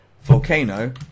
volcano